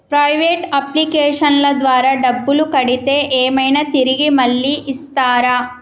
Private అప్లికేషన్ల ద్వారా డబ్బులు కడితే ఏమైనా తిరిగి మళ్ళీ ఇస్తరా?